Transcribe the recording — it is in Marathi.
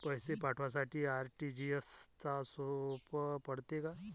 पैसे पाठवासाठी आर.टी.जी.एसचं सोप पडते का?